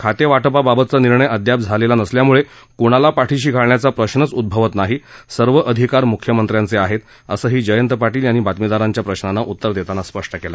खातेवाटपाबाबतचा निर्णय अदयाप झालेला नसल्यामुळे क्णाला पाठीशी घालण्याचा प्रश्नच उद्भवत नाही सर्व अधिकार म्ख्यमंत्र्यांचे आहेत असही जयंत पाटील यांनी बातमीदारांच्या प्रश्नांना उत्तर देताना स्पष्ट केलं